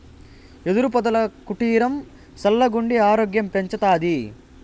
యెదురు పొదల కుటీరం సల్లగుండి ఆరోగ్యం పెంచతాది